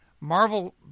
Marvel